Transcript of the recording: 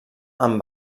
amb